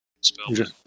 Spell